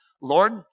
Lord